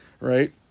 right